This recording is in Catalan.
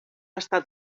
estat